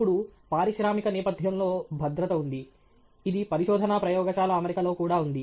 ఇప్పుడు పారిశ్రామిక నేపధ్యంలో భద్రత ఉంది ఇది పరిశోధనా ప్రయోగశాల అమరికలో కూడా ఉంది